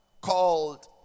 called